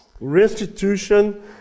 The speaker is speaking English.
restitution